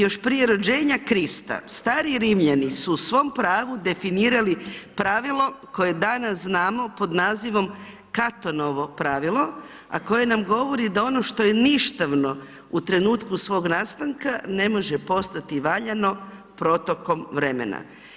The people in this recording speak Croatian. Još prije rođenja Krista stari Rimljani su u svom pravu definirali pravilo koje danas znamo pod nazivom Katonovo pravilo, a koje nam govori da ono što je ništavno u trenutku svog nastanka ne može postati valjano protokom vremena.